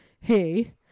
hey